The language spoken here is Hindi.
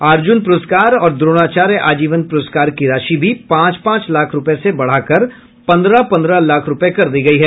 अर्जुन पुरस्कार और द्रोणाचार्य आजीवन पुरस्कार की राशि भी पांच पांच लाख रूपये से बढ़ाकर पन्द्रह पन्द्रह लाख रूपये कर दी गई है